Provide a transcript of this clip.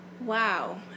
wow